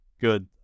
good